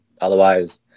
Otherwise